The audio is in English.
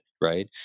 right